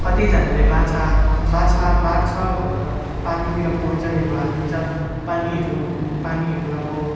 कतिजनाले माछा माछा मार्छ भनेर पानीतिर पोइजनहरू हालिदिन्छ पानीहरू पानीहरू अब